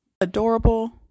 Adorable